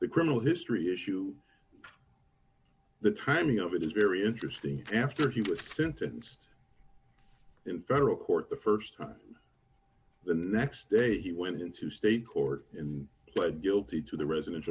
the criminal history issue the timing of it is very interesting after he was sentenced in federal court the st time the next day he went into state court in pled guilty to the resident